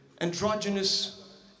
androgynous